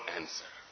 answer